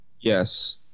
Yes